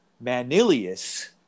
Manilius